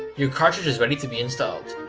your cartridge is ready to be installed!